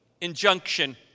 injunction